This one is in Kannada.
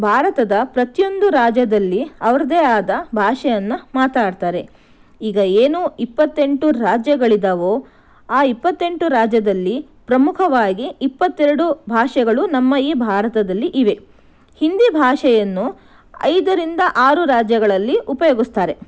ಭಾರತದ ಪ್ರತಿಯೊಂದು ರಾಜ್ಯದಲ್ಲಿ ಅವರದೇ ಆದ ಭಾಷೆಯನ್ನು ಮಾತಾಡ್ತಾರೆ ಈಗ ಏನು ಇಪ್ಪತ್ತೆಂಟು ರಾಜ್ಯಗಳಿದವೋ ಆ ಇಪ್ಪತ್ತೆಂಟು ರಾಜ್ಯದಲ್ಲಿ ಪ್ರಮುಖವಾಗಿ ಇಪ್ಪತ್ತೆರಡು ಭಾಷೆಗಳು ನಮ್ಮ ಈ ಭಾರತದಲ್ಲಿ ಇವೆ ಹಿಂದಿ ಭಾಷೆಯನ್ನು ಐದರಿಂದ ಆರು ರಾಜ್ಯಗಳಲ್ಲಿ ಉಪಯೋಗಿಸ್ತಾರೆ